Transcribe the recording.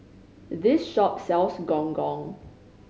this shop sells Gong Gong